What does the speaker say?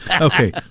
Okay